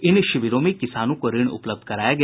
इन शिविरों में किसानों को ऋण उपलब्ध कराया गया